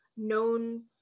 known